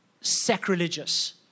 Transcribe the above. sacrilegious